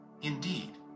Indeed